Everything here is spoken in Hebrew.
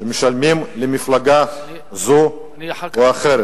שמשלמים למפלגה זו או אחרת,